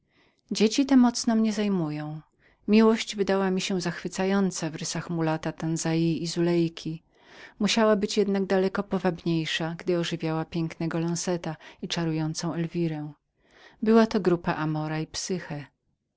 dzieci te mocno mnie zajmują miłość wydała mi się zachwycającą w rysach mulata tantza i zulejki musiała być jednak daleko powabniejszą gdy ożywiała pięknego lonzeta i miłą elwirę była to grupa amora i